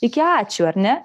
iki ačiū ar ne